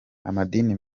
amadini